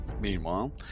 Meanwhile